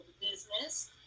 business